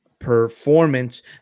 Performance